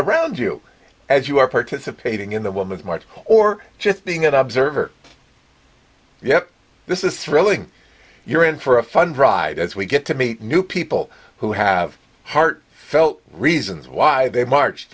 around you as you are participating in the woman's march or just being an observer yeah this is really you're in for a fun ride as we get to meet new people who have heart felt reasons why they marched